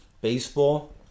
baseball